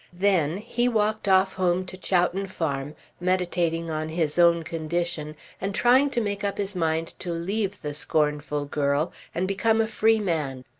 then he walked off home to chowton farm meditating on his own condition and trying to make up his mind to leave the scornful girl and become a free man.